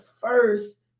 first